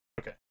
Okay